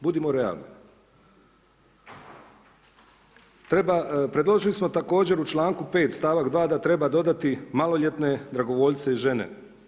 Budimo realni, treba, predložili smo također u članku 5. stavak 2. da treba dodati maloljetne dragovoljce i žene.